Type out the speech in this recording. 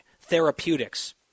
therapeutics